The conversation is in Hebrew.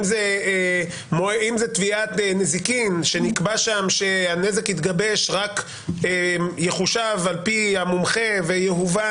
אם זו תביעת נזיקין שנקבע שם שהנזק יחושב על פי המומחה ויהוון